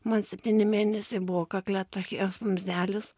man septyni mėnesiai buvo kakle trachėjos vamzdelis